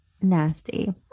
nasty